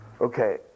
Okay